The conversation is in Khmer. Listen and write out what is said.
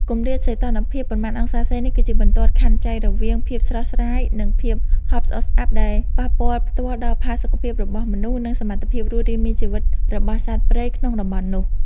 គម្លាតសីតុណ្ហភាពប៉ុន្មានអង្សានេះ គឺជាបន្ទាត់ខណ្ឌចែករវាង ភាពស្រស់ស្រាយ និងភាពហប់ស្អុះស្អាប់ ដែលប៉ះពាល់ផ្ទាល់ដល់ផាសុកភាពរបស់មនុស្ស និងសមត្ថភាពរស់រានមានជីវិតរបស់សត្វព្រៃក្នុងតំបន់នោះ។